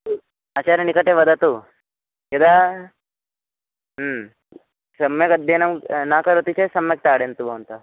आचार्यस्य निकटे वदतु यदा सम्यक् अध्ययनं न करोति चेत् सम्यक् ताडयन्तु भवन्तः